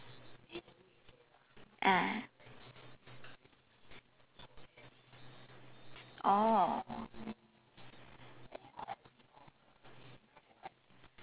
ah oh